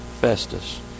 Festus